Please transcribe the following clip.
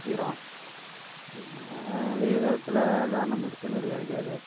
கிறோம் வெய்ய காலத்தில் அதான் நம்மளுது கிணறு இறைக்காது